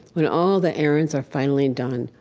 when all the errands are finally done,